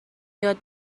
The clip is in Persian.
یاد